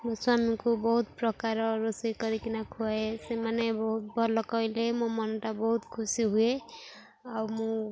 ମୋ ସ୍ୱାମୀଙ୍କୁ ବହୁତ ପ୍ରକାର ରୋଷେଇ କରିକିନା ଖୁଆଏ ସେମାନେ ବହୁତ ଭଲ କହିଲେ ମୋ ମନଟା ବହୁତ ଖୁସି ହୁଏ ଆଉ ମୁଁ